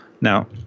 Now